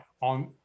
on